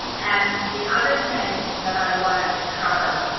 and the other thing that i wanted to cover,